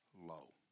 low